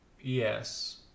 Yes